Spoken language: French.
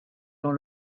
dans